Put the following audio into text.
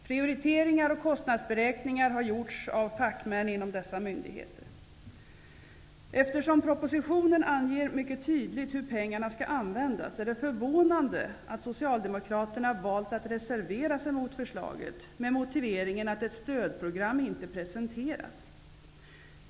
Prioriteringar och kostnadsberäkningar har gjorts av fackmän inom dessa myndigheter. Eftersom propositionen mycket tydligt anger hur pengarna skall användas är det förvånande att Socialdemokraterna valt att reservera sig mot förslaget, med motiveringen att ett stödprogram inte presenteras.